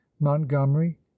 montgomery